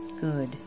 good